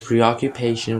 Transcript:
preoccupation